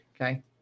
okay